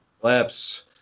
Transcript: Collapse